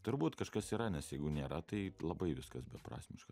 turbūt kažkas yra nes jeigu nėra tai labai viskas beprasmiška